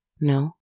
no